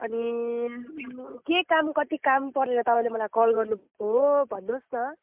अनि के काम कति काम परेर तपाईँले मलाई कल गर्नुभएको हो भन्नुहोस् न